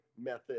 method